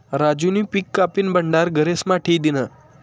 राजूनी पिक कापीन भंडार घरेस्मा ठी दिन्हं